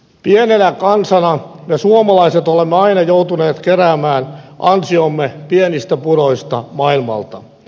pienenä kansana me suomalaiset olemme aina joutuneet keräämään ansiomme pienistä puroista maailmalta